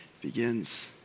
begins